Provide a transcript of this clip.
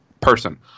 person